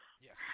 Yes